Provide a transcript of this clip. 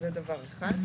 זה דבר אחד.